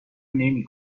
نمی